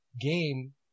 game